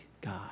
God